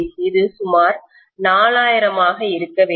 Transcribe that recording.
அது சுமார் 4000 ஆக இருக்க வேண்டும்